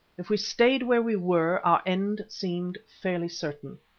if we stayed where we were our end seemed fairly certain,